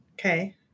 Okay